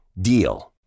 DEAL